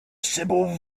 simple